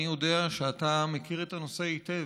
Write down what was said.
אני יודע שאתה מכיר את הנושא היטב,